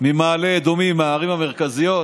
ממעלה אדומים, הערים המרכזיות,